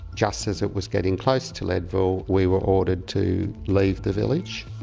just as it was getting close to leadville we were ordered to leave the village.